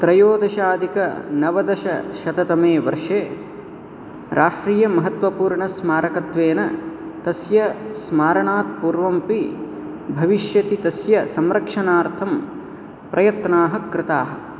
त्रयोदशाधिकनवदशशततमे वर्षे राष्ट्रियमहत्त्वपूर्णस्मारकत्वेन तस्य स्मारणात् पूर्वमपि भविष्यति तस्य संरक्षणार्थं प्रयत्नाः कृताः